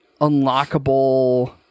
unlockable